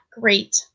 great